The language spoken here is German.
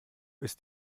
ist